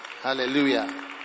Hallelujah